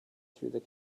through